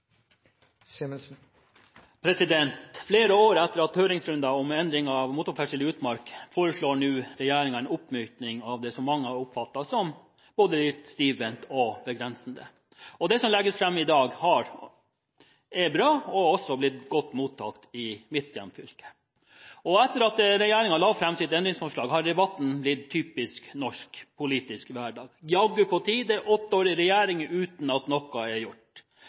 Flere år etter høringsrunder om endringer av motorferdsel i utmark foreslår nå regjeringen en oppmykning av det som mange har oppfattet som både litt stivbent og begrensende. Det som legges fram i dag, er bra, og har også blitt godt mottatt i mitt hjemfylke. Etter at regjeringen la fram sitt endringsforslag, har debatten blitt typisk norsk politisk hverdag. Jaggu på tide, åtte år i regjering uten at noe er gjort,